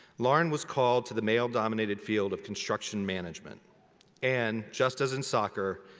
lauren was called to the male-dominated field of construction management and just as in soccer,